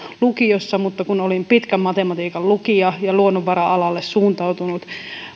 lukiossa mutta kun olin pitkän matematiikan lukija ja luonnonvara alalle suuntautunut